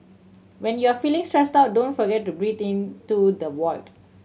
when you are feeling stressed out don't forget to breathe into the void